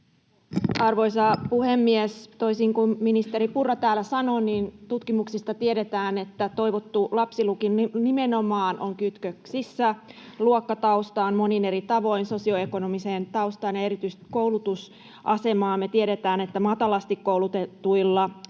Arvoisa puhemies! Toisin kuin ministeri Purra täällä sanoo, tutkimuksista tiedetään, että toivottu lapsiluku nimenomaan on kytköksissä luokkataustaan monin eri tavoin — sosioekonomiseen taustaan ja erityisesti koulutusasemaan. Me tiedetään, että matalasti koulutetuilla